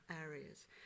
areas